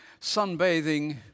sunbathing